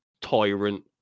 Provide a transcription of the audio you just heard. Tyrant